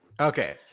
Okay